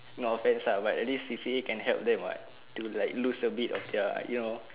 no offense lah but at least C_C_A can help them [what] do like lose a bit of their you know